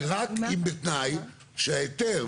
ורק אם בתנאי שההיתר,